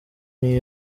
new